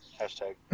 Hashtag